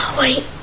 wait.